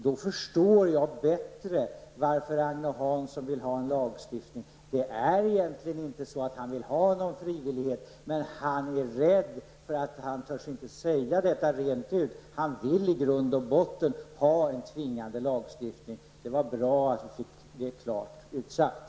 Nu förstår jag bättre varför Agne Hansson vill ha en lagstiftning. Han vill egentligen inte ha någon frivillighet, men han törs inte säga detta rent ut. Han vill i grund och botten ha en tvingande lagstiftning. Det är bra att det blev klart utsagt.